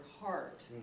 heart